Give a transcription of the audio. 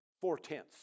four-tenths